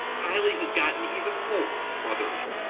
kylie has gotten even for motherly.